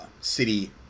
city